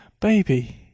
baby